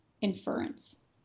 inference